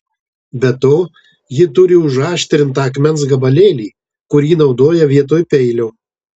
be to ji turi užaštrintą akmens gabalėlį kurį naudoja vietoj peilio